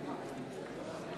לא